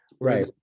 Right